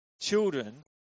children